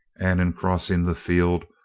and in crossing the field,